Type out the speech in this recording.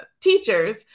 teachers